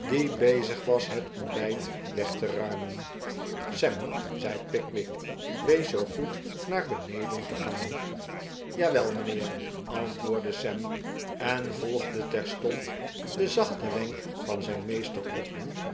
bezig was het ontbijt weg te ruimen sam zei pickwick wees zoo goed naar beneden te gaan jawel mijnheer antwoordde sam en volgde terstond den zachten wenk van zijn meester op